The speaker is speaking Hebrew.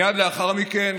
מייד לאחר מכן,